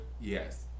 yes